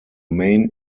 main